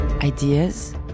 ideas